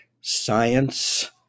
science